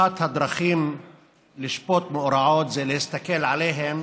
אחת הדרכים לשפוט מאורעות זה להסתכל עליהם